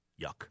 Yuck